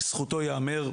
לזכותו ייאמר,